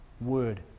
word